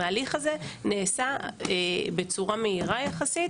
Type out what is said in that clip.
ההליך הזה נעשה בצורה מהירה יחסית,